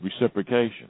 reciprocation